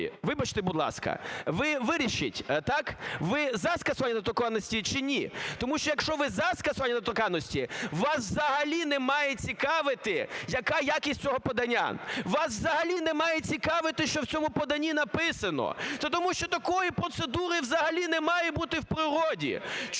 вибачте, будь ласка, ви вирішіть, ви за скасування недоторканності чи ні? Тому що, якщо ви за скасування недоторканності, вас взагалі не має цікавити, яка якість цього подання, вас взагалі не має цікавити, що в цьому поданні написано, та тому що такої процедури взагалі не має бути в природі.